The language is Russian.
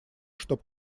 чтобы